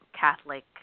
Catholic